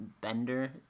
bender